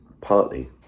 partly